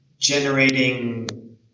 generating